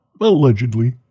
Allegedly